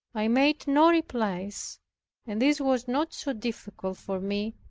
i made no replies and this was not so difficult for me,